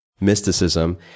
mysticism